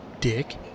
Dick